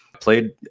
Played